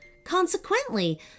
Consequently